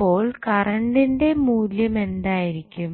അപ്പോൾ കറണ്ടിന്റെ മൂല്യം ആയിരിക്കും